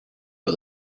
for